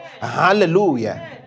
Hallelujah